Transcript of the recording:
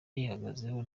yihagazeho